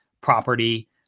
property